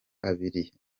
abiri